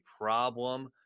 problem